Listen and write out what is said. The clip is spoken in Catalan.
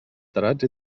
tarats